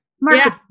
market